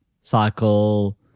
cycle